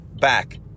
back